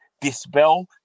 dispel